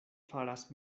faras